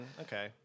okay